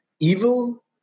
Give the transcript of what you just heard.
Evil